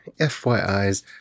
FYIs